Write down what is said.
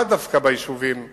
לאו דווקא ביישובים עצמם.